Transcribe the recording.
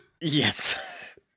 Yes